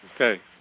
Okay